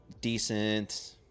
decent